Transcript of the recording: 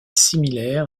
similaire